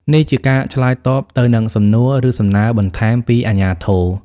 នេះជាការឆ្លើយតបទៅនឹងសំណួរ ឬសំណើបន្ថែមពីអាជ្ញាធរ។